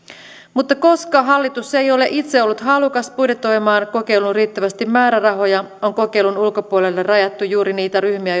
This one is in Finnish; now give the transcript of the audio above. mutta koska hallitus ei ole itse ollut halukas budjetoimaan kokeiluun riittävästi määrärahoja on kokeilun ulkopuolelle rajattu juuri niitä ryhmiä